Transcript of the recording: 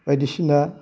बायदिसिना